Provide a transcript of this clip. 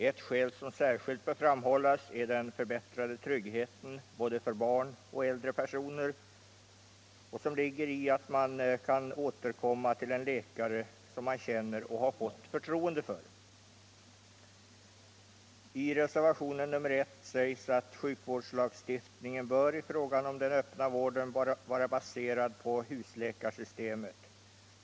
Ett skäl som särskilt bör framhållas är den förbättrade trygghet för både barn och äldre personer som ligger i att man kan återkomma till en läkare som man känner och har fått förtroende för. I reservationen 1 sägs att sjukvårdslagstiftningen i fråga om den öppna vården bör vara baserad på husläkarsystemet.